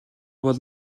бол